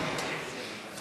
כן.